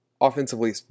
offensively